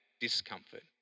discomfort